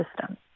system